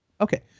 Okay